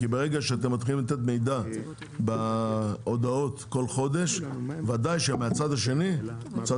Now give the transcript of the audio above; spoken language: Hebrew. כי ברגע שאתם מתחילים לתת מידע בהודעות כל חודש ודאי שמהצד השני צריך